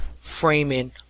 framing